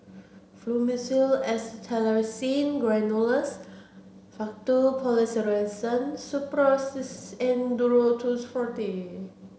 Fluimucil Acetylcysteine Granules Faktu Policresulen Suppositories and Duro Tuss Forte